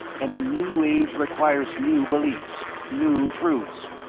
and a new age requires new beliefs, new truths.